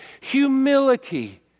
humility